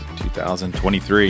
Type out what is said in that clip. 2023